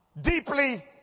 deeply